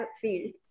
field